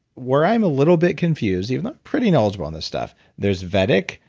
where i'm a little bit confused, even though i'm pretty knowledgeable on this stuff, there's vedic,